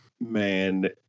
man